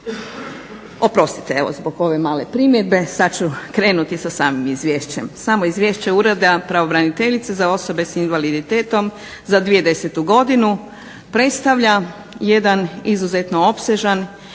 Oprostite evo zbog ove male primjedbe, sad ću krenuti sa samim izvješćem. Samo Izvješće Ureda pravobraniteljice za osobe s invaliditetom za 2010. godinu predstavlja jedan izuzetno opsežan